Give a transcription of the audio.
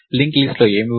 link list లో ఏమి ఉంది